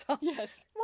Yes